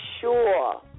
sure